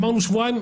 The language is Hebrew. אמרנו שבועיים,